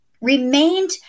remained